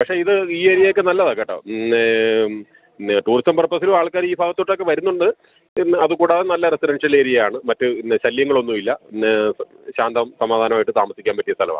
പക്ഷേ ഇത് ഈ ഏരിയൊക്കെ നല്ലതാണ് കേട്ടോ ഇന്ന് ഇന്ന് ടൂറിസം പർപ്പസിലും ആൾക്കാരീ ഭാഗത്തോട്ടൊക്കെ വരുന്നുണ്ട് പിന്നെ അത് കൂടാതെ നല്ല റെഫറൻഷ്യൽ ഏരിയാണ് മറ്റ് നേ ശല്യങ്ങളൊന്നുമില്ല പിന്നെ ശാന്തം സമാധാനമായിട്ട് താമസിക്കാൻ പറ്റിയ സ്ഥലമാണ്